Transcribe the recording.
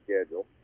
schedule